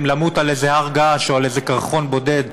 למות על איזה הר געש או על איזה קרחון בודד,